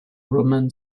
roman